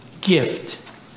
gift